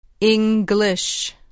English